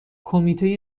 کمیته